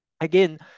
Again